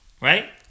right